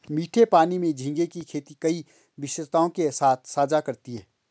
मीठे पानी में झींगे की खेती कई विशेषताओं के साथ साझा करती है